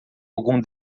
algum